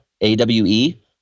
A-W-E